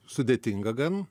sudėtinga gan